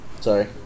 Sorry